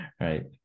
right